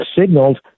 signaled